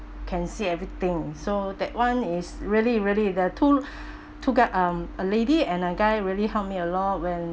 can see everything so that one is really really there to to get um a lady and a guy really help me a lot when